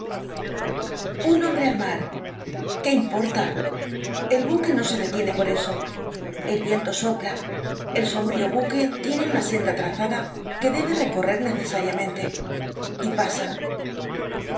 un hombre al mar qué importa el buque no se detiene por eso el viento sopla el sombrío buque tiene una senda trazada que debe recorrer necesariamente y pasa el